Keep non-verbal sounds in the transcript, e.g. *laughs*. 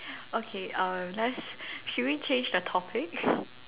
okay uh let's should we change the topic *laughs*